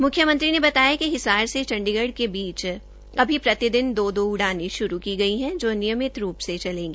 मुख्यमंत्री ने बताया कि हिसार से चंडीगढ़ के बीच अभी प्रतिदिन दो दो उड़ानें शुरू की गई हैं जो नियमित रूप से चलेंगी